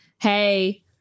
Hey